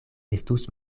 estus